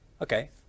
Okay